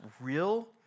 real